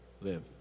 live